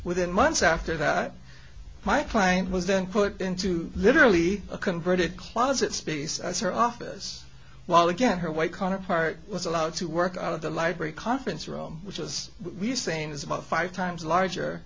within months after that my client was then put into literally a converted closet space as her office while again her white counterpart was allowed to work out of the library conference room which as we've seen is about five times larger